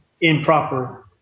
improper